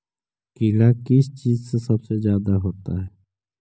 कीड़ा किस चीज से सबसे ज्यादा होता है?